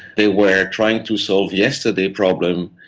they were trying to solve yesterday's problem,